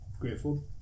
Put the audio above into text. grateful